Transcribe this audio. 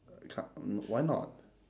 ca~ why not